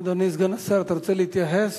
אדוני סגן השר, אתה רוצה להתייחס?